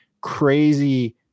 crazy